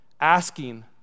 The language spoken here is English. asking